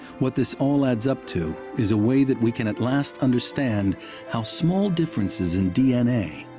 what this all adds up to is a way that we can, at last, understand how small differences in d n a.